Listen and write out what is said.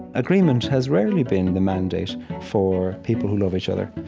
agreement has rarely been the mandate for people who love each other.